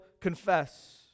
confess